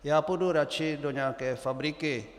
Já půjdu radši do nějaké fabriky.